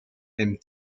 aime